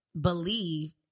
believe